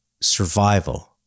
survival